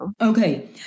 Okay